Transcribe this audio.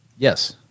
Yes